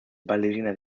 ballerina